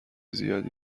زیادی